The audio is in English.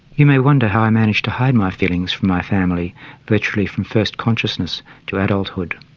you may wonder how i managed to hide my feelings from my family literally from first consciousness to adulthood.